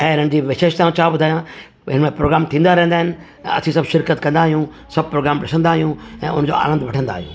ऐं हिननि जी विशेषताऊं छा ॿुधायांव हिनमें प्रोग्राम थींदा रहंदा आहिनि असीं सभु शिरकत कंदा आहियूं सभु प्रोग्राम ॾिसंदा आहियूं ऐं हुनजो आनंद वठंदा आहियूं